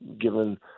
given